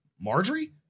Marjorie